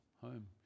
home